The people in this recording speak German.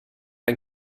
ein